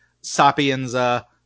Sapienza